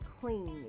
clean